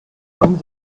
von